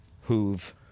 who've